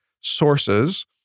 sources